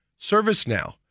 ServiceNow